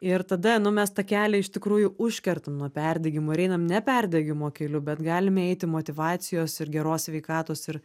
ir tada nu mes tą kelią iš tikrųjų užkertam nuo perdegimo ir einam ne perdegimo keliu bet galime eiti motyvacijos ir geros sveikatos ir